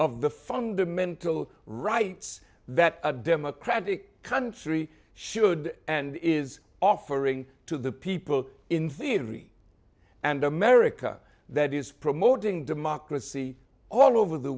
of the fundamental rights that a democratic country should and is offering to the people in theory and america that is promoting democracy all over the